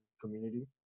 community